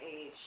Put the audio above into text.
age